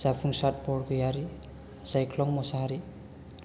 जाफुंसार बरगयारी जायख्लं मोसाहारि